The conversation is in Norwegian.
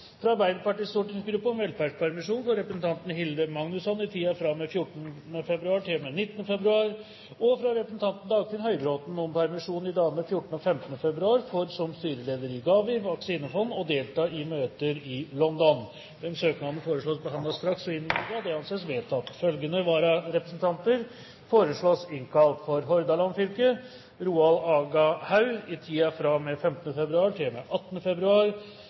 fra Arbeiderpartiets stortingsgruppe om velferdspermisjon for representanten Hilde Magnusson i tiden fra og med 14. februar til og med 19. februar fra representanten Dagfinn Høybråten om permisjon i dagene 14. og 15. februar for som styreleder i GAVI vaksinefond å delta i møter i London Etter forslag fra presidenten ble enstemmig besluttet: Søknadene behandles straks og innvilges. Følgende vararepresentanter innkalles for å møte i permisjonstiden: For Hordaland fylke: Roald Aga Haug i tiden fra og med 15. februar